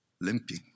limping